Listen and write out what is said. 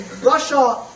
Russia